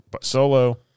solo